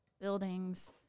buildings